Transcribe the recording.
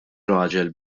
raġel